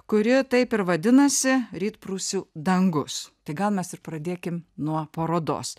kuri taip ir vadinasi rytprūsių dangus tai gal mes ir pradėkim nuo parodos